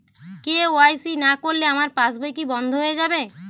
KYC না করলে আমার পাশ বই কি বন্ধ হয়ে যাবে?